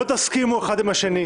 שלא תסכימו אחד עם השני,